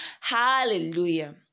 Hallelujah